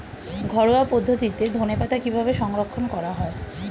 ঘরোয়া পদ্ধতিতে ধনেপাতা কিভাবে সংরক্ষণ করা হয়?